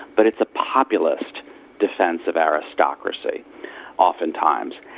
but it's a populist defence of aristocracy oftentimes,